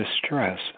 distress